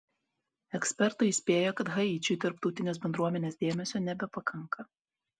ekspertai įspėja kad haičiui tarptautinės bendruomenės dėmesio nebepakanka